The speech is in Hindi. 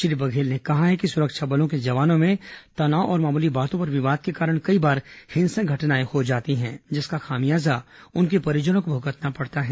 श्री बघेल ने कहा है कि सुरक्षा बलों के जवानों में तनाव और मामूली बातों पर विवाद के कारण कई बार हिंसक घटनाएं हो जाती हैं जिसका खामियाजा उनके परिजनों को भुगतना पड़ता है